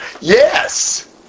Yes